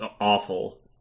awful